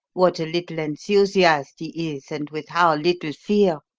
what a little enthusiast he is, and with how little fear.